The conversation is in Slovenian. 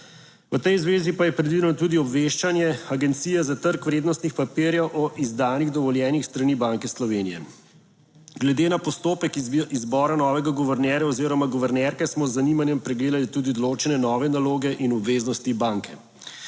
v tej zvezi pa je predvideno tudi obveščanje Agencije za trg vrednostnih papirjev o izdanih dovoljenjih s strani Banke Slovenije. Glede na postopek izbora novega guvernerja oziroma guvernerke smo z zanimanjem pregledali tudi določene nove naloge in obveznosti banke.